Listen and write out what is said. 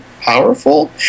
powerful